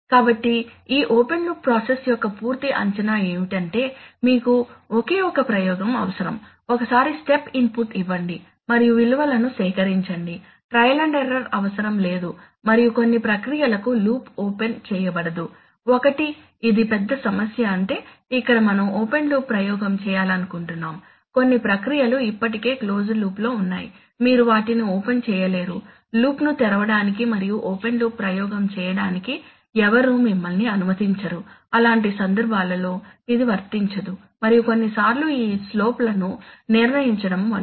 కాబట్టి ఈ open loop process యొక్క పూర్తి అంచనా ఏమిటంటే మీకు ఒకే ఒక ప్రయోగం అవసరం ఒక్కసారి స్టెప్ ఇన్పుట్ ఇవ్వండి మరియు విలువలను సేకరించండి ట్రయల్ అండ్ ఎర్రర్ అవసరం లేదు మరియు కొన్ని ప్రక్రియలకు లూప్ ఓపెన్ చేయబడదు ఒకటి ఇది పెద్ద సమస్య అంటే ఇక్కడ మనం ఓపెన్ లూప్ ప్రయోగం చేయాలనుకుంటున్నాము కొన్ని ప్రక్రియలు ఇప్పటికే క్లోజ్డ్ లూప్లో ఉన్నాయి మీరు వాటిని ఓపెన్ చేయలేరు లూప్ను తెరవడానికి మరియు ఓపెన్ లూప్ ప్రయోగం చేయడానికి ఎవరూ మిమ్మల్ని అనుమతించరు అలాంటి సందర్భాలలో ఇది వర్తించదు మరియు కొన్నిసార్లు ఈ స్లోప్ లను నిర్ణయించడం వంటివి